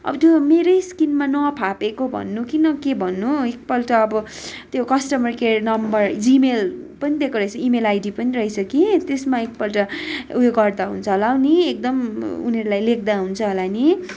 अब त्यो मेरै स्किनमा नफापेको भन्नु कि न के भन्नु हौ एकपल्ट अब त्यो कस्टमर केयर नम्बर जिमेल पनि दिएको रहेछ इमेल आइडी पनि रहेछ कि त्यसमा एकपल्ट उयो गर्दा हुन्छ होला हौ नि एकदम उनीहरूलाई लेख्दा हुन्छ होला नि